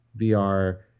VR